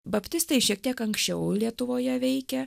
baptistai šiek tiek anksčiau lietuvoje veikia